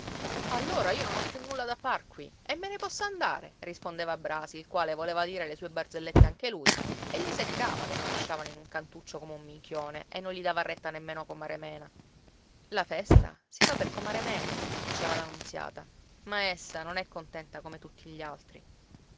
allora io non ho più nulla da far qui e me ne posso andare rispondeva brasi il quale voleva dire le sue barzellette anche lui e gli seccava che lo lasciavano in un cantuccio come un minchione e non gli dava retta nemmeno comare mena la festa si fa per comare mena diceva la nunziata ma essa non è contenta come tutti gli altri